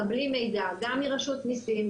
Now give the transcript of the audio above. מקבלים מידע גם מרשות המיסים,